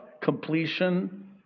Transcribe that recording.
completion